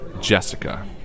Jessica